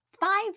five